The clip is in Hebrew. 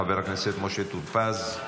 חבר הכנסת משה טור פז.